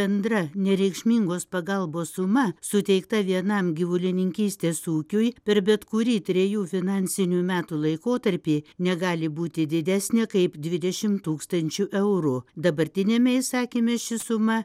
bendra nereikšmingos pagalbos suma suteikta vienam gyvulininkystės ūkiui per bet kurį trejų finansinių metų laikotarpį negali būti didesnė kaip dvidešim tūkstančių eurų dabartiniame įsakyme ši suma